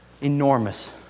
enormous